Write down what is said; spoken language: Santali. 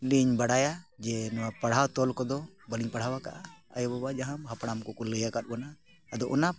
ᱞᱤᱧ ᱵᱟᱲᱟᱭᱟ ᱡᱮ ᱱᱚᱣᱟ ᱯᱟᱲᱦᱟᱣ ᱛᱚᱞ ᱠᱚᱫᱚ ᱵᱟᱹᱞᱤᱧ ᱯᱟᱲᱦᱟᱣ ᱟᱠᱟᱫᱼᱟ ᱟᱭᱳ ᱵᱟᱵᱟ ᱡᱟᱦᱟᱸ ᱦᱟᱯᱲᱟᱢ ᱠᱚᱠᱚ ᱞᱟᱹᱭᱟᱠᱟᱫ ᱵᱚᱱᱟ ᱟᱫᱚ ᱚᱱᱟ